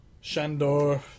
Shandor